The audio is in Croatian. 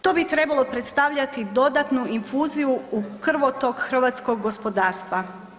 To bi trebalo predstavljati dodatnu infuziju u krvotok hrvatskog gospodarstva.